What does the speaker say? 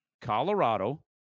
Colorado